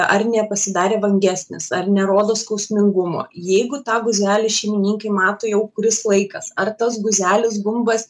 ar nepasidarė vangesnis ar nerodo skausmingumo jeigu tą guzelį šeimininkai mato jau kuris laikas ar tas guzelis gumbas